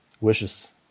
wishes